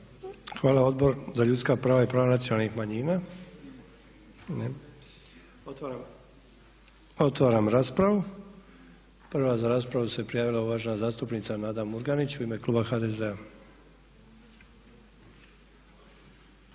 Hvala. Odbor za ljudska prava i prava nacionalnih manjina? Ne. Otvaram raspravu. Prva za raspravu se prijavila uvažena zastupnica Nada Murganić u ime kluba HDZ-a.